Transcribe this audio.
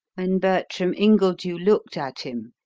when bertram ingledew looked at him,